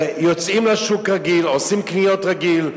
יוצאים לשוק רגיל, עושים קניות רגיל,